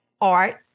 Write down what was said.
art